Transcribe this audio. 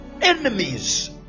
enemies